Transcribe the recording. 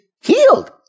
healed